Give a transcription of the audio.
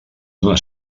d’una